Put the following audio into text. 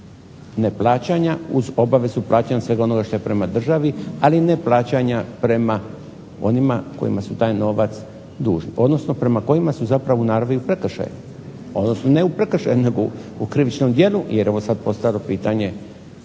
neplaćanja uz obavezu plaćanja svega onoga što je prema državi ali ne plaćanja prema onima kojima su taj novac dužni odnosno prema kojima su zapravo u naravi u prekršaju odnosno ne u prekršaju nego u krivičnom djelu jer je sada ovo postalo pitanje